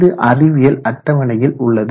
இது அறிவியல் அட்டவணையில் உள்ளது